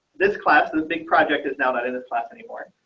this class and a big project is now that in this class anymore.